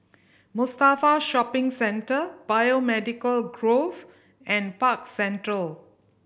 Mustafa Shopping Centre Biomedical Grove and Park Central